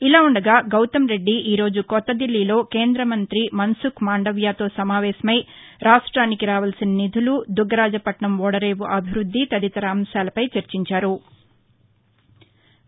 ఇలా ఉండగా గౌతంరెడ్డి ఈరోజు కొత్త దిల్లీలో కేంద్ర మంత్రి మన్సుఖ్ మాండవ్యతో సమావేశమై రాష్టానికి రావలసిన నిధులు దుగ్గరాజపట్నం ఓడరేవు అభివృద్ది తదితర అంశాలపై చర్చించారు